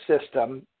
system